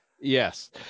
Yes